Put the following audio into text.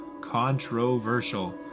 controversial